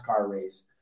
race